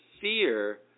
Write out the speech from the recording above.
fear